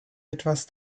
etwas